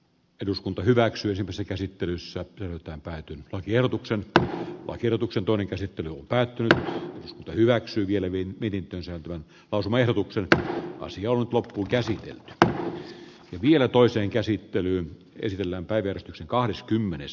eduskunta hyväksyy sen käsittelyssä pöytään päätyi tiedotukseen että oikeutuksen toinen käsittely päättyy se hyväksyy vielä niin perinteisen tuen taso verotukselta voisi olla lopun käsin että vielä toisen käsittely esitellään päiviä kahdeskymmenes